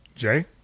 Jay